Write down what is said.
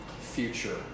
future